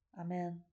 Amen